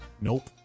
Nope